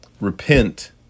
Repent